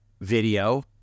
video